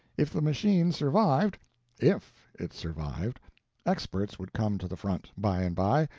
if the machine survived if it survived experts would come to the front, by and by,